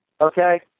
okay